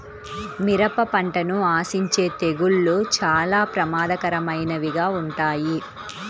మిరప పంటను ఆశించే తెగుళ్ళు చాలా ప్రమాదకరమైనవిగా ఉంటాయి